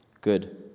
good